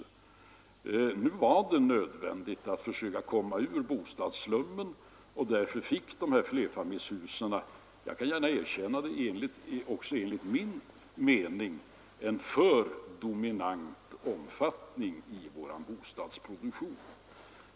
Det var nödvändigt att försöka få bort bostadsslummen, och därför fick flerfamiljshusen också enligt min mening — det kan jag gärna erkänna — en för dominant omfattning i vår bostadsproduktion.